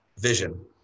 vision